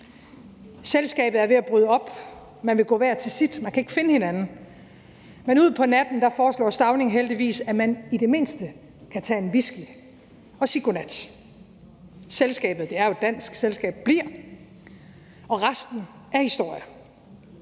Selskabet er ved at bryde op, man vil gå hver til sit, for man kan ikke finde hinanden. Men ud på natten foreslår Stauning heldigvis, at man i det mindste kan tage en whisky og sige godnat. Selskabet – det er jo et dansk selskab – bliver, og resten er historie.